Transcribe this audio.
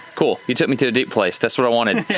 cool. you took me to a deep place, that's what i wanted.